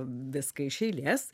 viską iš eilės